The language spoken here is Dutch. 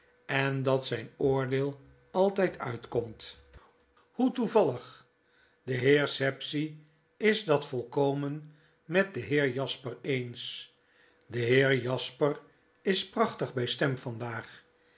en dat zijn oordeel altijd uitkomt hoe toevallig de heer sapsea is dat volkomen met den heer jasper eens de heer jasper is prachtig bij stem